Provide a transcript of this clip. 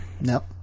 nope